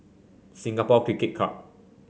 Singapore Cricket Club